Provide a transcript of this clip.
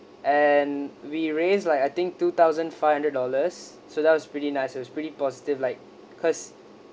and we raised like I think two thousand five hundred dollars so that was pretty nice it was pretty positive like cause